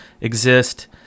exist